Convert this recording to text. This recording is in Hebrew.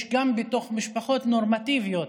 גם בתוך משפחות נורמטיביות